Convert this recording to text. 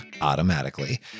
automatically